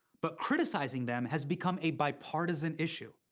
but criticizing them has become a bipartisan issue.